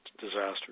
disaster